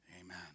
amen